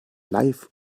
live